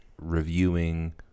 reviewing